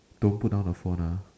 don't put down the phone ah